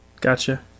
Gotcha